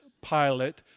Pilate